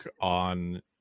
on